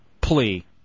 plea